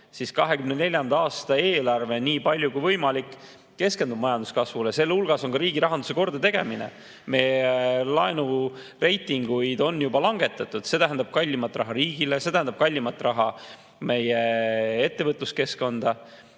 siis 2024. aasta eelarve nii palju kui võimalik keskendub majanduskasvule, sealhulgas ka riigirahanduse kordategemisele. Meie laenureitinguid on juba langetatud, see tähendab kallimat raha riigile, see tähendab kallimat raha meie ettevõtluskeskkonda.